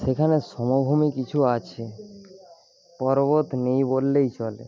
সেখানে সমভূমি কিছু আছে পর্বত নেই বললেই চলে